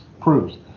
proves